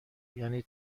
یعنی